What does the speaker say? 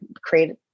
create